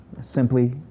simply